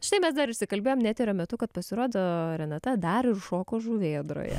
štai mes dar užsikalbėjom ne eterio metu kad pasirodo renata dar ir šoko žuvėdroje